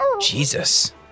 Jesus